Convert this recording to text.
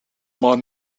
maar